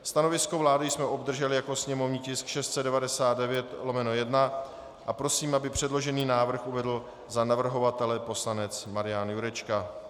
Stanovisko vlády jsme obdrželi jako sněmovní tisk 699/1 a prosím, aby předložený návrh uvedl za navrhovatele poslanec Marian Jurečka.